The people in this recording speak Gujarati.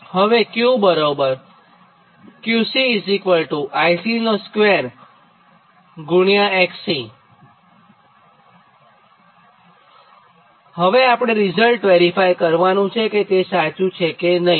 હવે Q બરાબર QC 𝐼𝐶2∗𝑋𝐶 હવે આપણે રિઝલ્ટ વેરીફાય કરવાનું છે કે તે સાચું છે કે નહિં